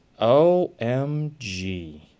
OMG